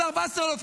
השר וסרלאוף,